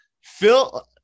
Phil